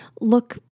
look